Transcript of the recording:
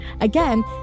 Again